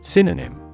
Synonym